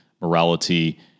morality